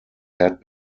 had